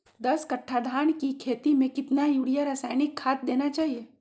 दस कट्टा धान की खेती में कितना यूरिया रासायनिक खाद देना चाहिए?